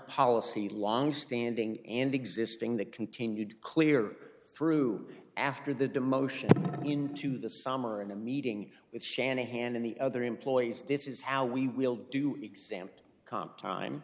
policy longstanding and existing that continued clear through after the demotion into the summer in a meeting with shanahan and the other employees this is how we will do example comp time